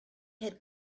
had